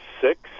six